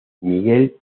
miguel